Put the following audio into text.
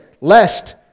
lest